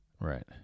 Right